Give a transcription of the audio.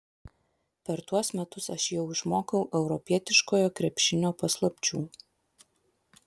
per tuos metus aš jau išmokau europietiškojo krepšinio paslapčių